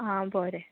आ बरें